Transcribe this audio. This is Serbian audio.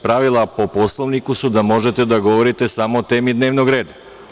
Pravila po Poslovniku su da možete da govorite samo o temi dnevnog reda.